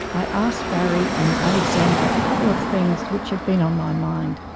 i asked barry and alexandra a couple of things which have been on my mind.